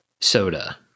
soda